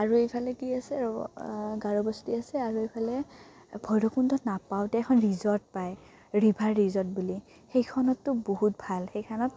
আৰু এইফালে কি আছে ৰ'ব গাৰ'বস্তি আছে আৰু এইফালে ভৈৰৱকুণ্ডত নাপাওঁতে এখন ৰিজৰ্ট পায় ৰিভাৰ ৰিজৰ্ট বুলি সেইখনতো বহুত ভাল সেইখনত